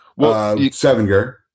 Sevenger